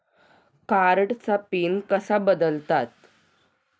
कार्डचा पिन कसा बदलतात?